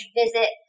visit